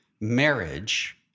marriage